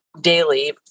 daily